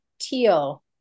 Teal